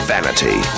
Vanity